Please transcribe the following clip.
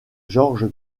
georges